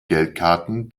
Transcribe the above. geldkarten